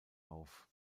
auf